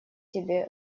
себе